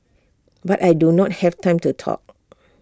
but I do not have time to talk